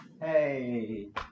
Hey